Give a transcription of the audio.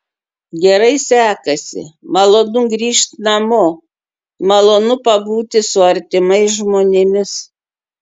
gerai sekasi malonu grįžt namo malonu pabūti su artimais žmonėmis